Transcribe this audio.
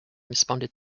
responded